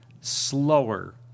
slower